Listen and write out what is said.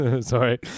Sorry